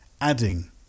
adding